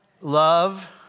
love